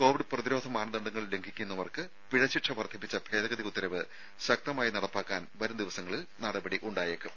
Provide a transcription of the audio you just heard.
Covid പ്രതിരോധ മാനദണ്ഡങ്ങൾ ലംഘിക്കുന്നവർക്ക് പിഴ ശിക്ഷ വർദ്ധിപ്പിച്ച ഭേദഗതി ഉത്തരവ് ശക്തമായി നടപ്പാക്കാൻ വരും ദിവസങ്ങളിൽ നടപടി ഉണ്ടായേക്കും